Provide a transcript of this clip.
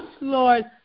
Lord